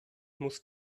muss